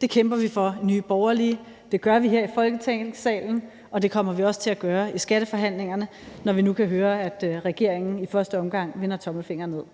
Det kæmper vi for i Nye Borgerlige. Det gør vi her i Folketingssalen, og det kommer vi også til at gøre i skatteforhandlingerne, når vi nu kan høre, at regeringen i første omgang vender tommelfingeren nedad.